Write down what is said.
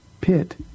pit